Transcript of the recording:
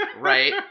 Right